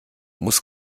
muss